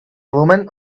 woman